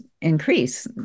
increase